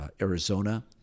arizona